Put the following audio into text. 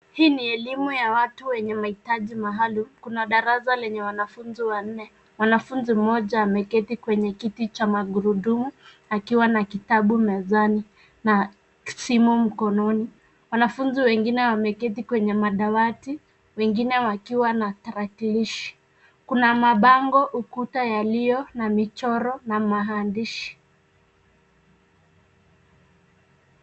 Hii ni elimu ya watu wenye maitaji maalum. Kuna darasa lenye wanafunzi wanne. Mwanafunzi. mmoja ameketi kwenye kiti cha magurudumu akiwa na kitabu mezani na simu mkononi. Wanafunzi wengine wameketi kwenye madawati wengine wakiwa na tarakilishi. Kuna mabango ukuta yalio na michoro na maandishi.